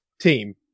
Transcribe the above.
team